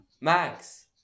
Max